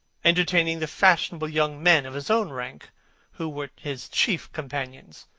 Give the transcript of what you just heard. entertaining the fashionable young men of his own rank who were his chief companions,